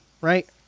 Right